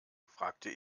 fragte